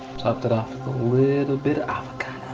topped it off with a little bit of